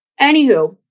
Anywho